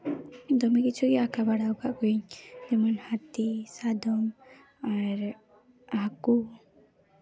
ᱫᱚᱢᱮ ᱠᱤᱪᱷᱩ ᱜᱮ ᱟᱸᱠᱟ ᱵᱟᱲᱟ ᱠᱟᱜ ᱠᱚᱣᱟᱧ ᱡᱮᱢᱚᱱ ᱦᱟᱹᱛᱤ ᱥᱟᱫᱚᱢ ᱟᱨ ᱦᱟᱹᱠᱩ